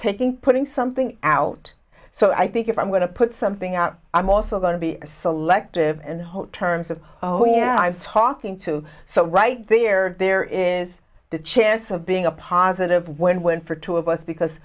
taking putting something out so i think if i'm going to put something out i'm also going to be selective and whoa times of oh yeah i was talking to so right there there is the chance of being a positive when when for two of us because